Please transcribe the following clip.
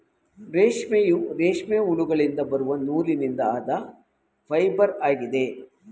ರೇಷ್ಮೆಯು, ರೇಷ್ಮೆ ಹುಳುಗಳಿಂದ ಬರುವ ನೂಲಿನಿಂದ ಆದ ಫೈಬರ್ ಆಗಿದೆ